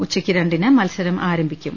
ഉച്ചക്ക് രണ്ടിന് മത്സരം ആരംഭിക്കും